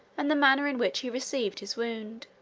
and the manner in which he received his wound.